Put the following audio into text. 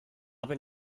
bin